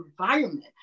environment